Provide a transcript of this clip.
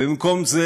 ובמקום זה,